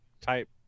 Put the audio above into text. type